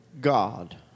God